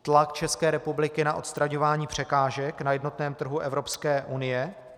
Tlak České republiky na odstraňování překážek na jednotném trhu Evropské unie.